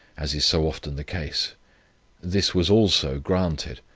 as is so often the case this was also granted.